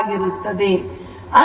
ಆಗಿರುತ್ತದೆ